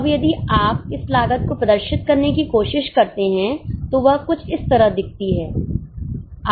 अब यदि आप इस लागत को प्रदर्शित करने की कोशिश करते हैं तो वह कुछ इस तरह दिखती हैं आप समझ रहे हैं